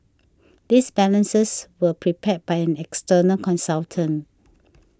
these balances were prepared by an external consultant